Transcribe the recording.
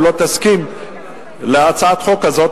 אם לא תסכים להצעת חוק הזאת.